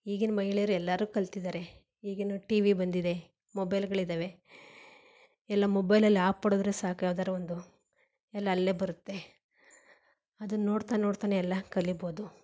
ಈಗಿನ ಮಹಿಳೆಯರು ಎಲ್ಲರೂ ಕಲ್ತಿದ್ದಾರೆ ಈಗೇನೊ ಟಿವಿ ಬಂದಿದೆ ಮೊಬೈಲುಗಳಿದ್ದಾವೆ ಎಲ್ಲ ಮೊಬೈಲಲ್ಲೆ ಆಪ್ ಹೊಡೆದ್ರೆ ಸಾಕು ಯಾವ್ದಾರ ಒಂದು ಎಲ್ಲ ಅಲ್ಲೇ ಬರುತ್ತೆ ಅದನ್ನು ನೋಡ್ತಾ ನೋಡ್ತಾನೇ ಎಲ್ಲ ಕಲಿಬೋದು